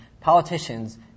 politicians